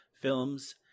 films